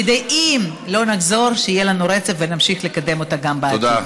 כדי שאם לא נחזור יהיה לנו רצף ונמשיך לקדם אותה גם בעתיד.